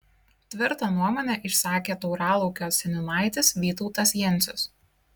tvirtą nuomonę išsakė tauralaukio seniūnaitis vytautas jencius